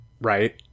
right